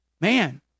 Man